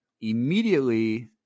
immediately